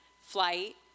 flight